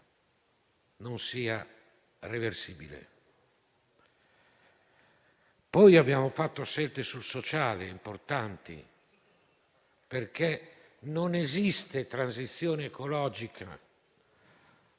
non sia reversibile.